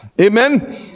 Amen